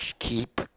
keep